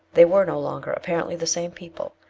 they were no longer apparently the same people.